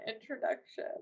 introduction